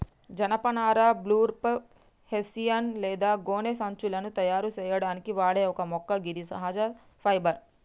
జనపనార burlap, hessian లేదా గోనె సంచులను తయారు సేయడానికి వాడే ఒక మొక్క గిది సహజ ఫైబర్